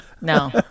No